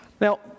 Now